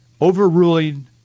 overruling